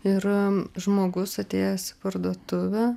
ir žmogus atėjęs į parduotuvę